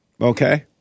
Okay